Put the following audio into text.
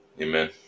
amen